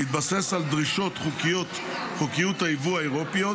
בהתבסס על דרישות חוקיות היבוא האירופיות,